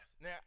Now